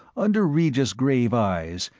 under regis' grave eyes,